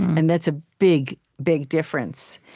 and that's a big, big difference.